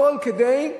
הכול כדי,